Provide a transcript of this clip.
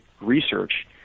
research